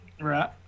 right